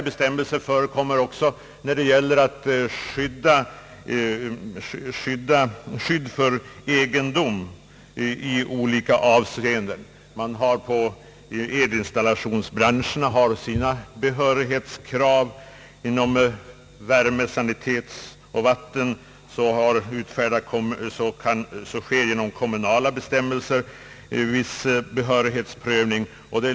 behörighetskrav, I fråga om värme, sanitet och vatten förekommer ibland viss kommunal behörighetsprövning.